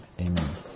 Amen